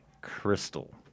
crystal